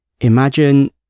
imagine